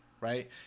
Right